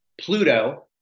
pluto